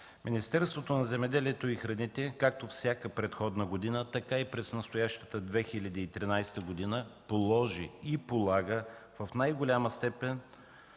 Министерството на земеделието и храните както всяка предходна година, така и през настоящата 2013 г. положи и полага в най-голяма степен